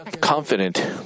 confident